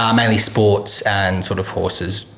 um mainly sports and sort of horses,